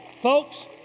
folks—